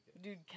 Dude